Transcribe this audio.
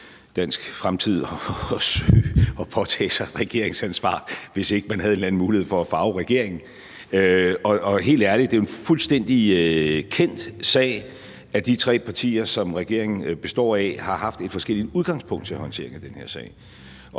for fremtiden at påtage sig et regeringsansvar, hvis ikke man havde en eller anden mulighed for at farve regeringen. Og helt ærligt, det er jo en fuldstændig kendt sag, at de tre partier, som regeringen består af, har haft et forskelligt udgangspunkt til at håndtere den her sag.